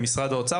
למשרד האוצר,